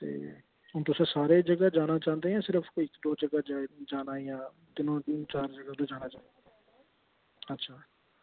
ते हून तुस सारे जगह् जाना चांह्दे जां सिर्फ कोई इक दो जगह् जाना जां तिन्न चार जगह् जाना अच्छा